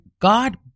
God